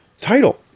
title